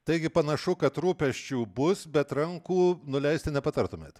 taigi panašu kad rūpesčių bus bet rankų nuleisti nepatartumėt